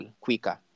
quicker